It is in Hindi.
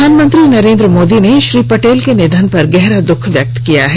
प्रधानमंत्री नरेन्द्र मोदी ने श्री पटेल के निधन पर गहरा दुख व्यक्त किया है